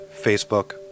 Facebook